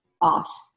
off